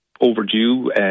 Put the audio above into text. overdue